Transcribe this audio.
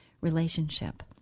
relationship